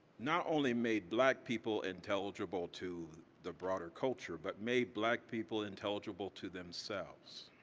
not only made black people intelligible to the broader culture, but made black people intelligible to themselves.